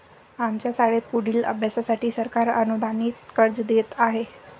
आमच्या शाळेत पुढील अभ्यासासाठी सरकार अनुदानित कर्ज देत आहे